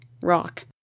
rock